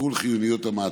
(שיקול חיוניות המעצר).